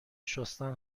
شستن